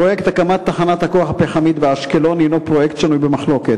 פרויקט הקמת תחנת הכוח הפחמית באשקלון הינו פרויקט שנוי במחלוקת.